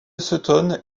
sutton